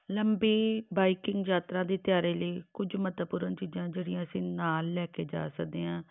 ਲੰਬੀ ਬਾਈਕਿੰਗ ਯਾਤਰਾ ਦੀ ਤਿਆਰੀ ਲਈ ਕੁਝ ਮਹੱਤਵਪੂਰਨ ਚੀਜ਼ਾਂ ਜਿਹੜੀਆਂ ਅਸੀਂ ਨਾਲ ਲੈ ਕੇ ਜਾ ਸਕਦੇ ਹਾਂ